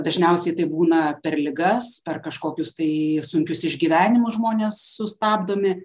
dažniausiai tai būna per ligas per kažkokius tai sunkius išgyvenimus žmonės sustabdomi